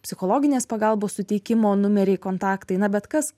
psichologinės pagalbos suteikimo numeriai kontaktai na bet kas